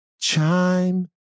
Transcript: chime